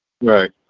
Right